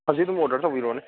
ꯍꯧꯖꯤꯛ ꯑꯗꯨꯝ ꯑꯣꯗꯔ ꯇꯧꯕꯤꯔꯣꯅꯦ